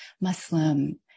Muslim